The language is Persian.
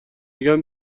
میگن